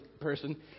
person